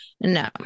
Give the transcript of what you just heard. no